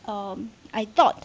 um I thought